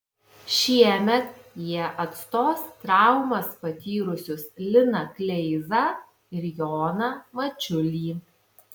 šiemet jie atstos traumas patyrusius liną kleizą ir joną mačiulį